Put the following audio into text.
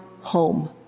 home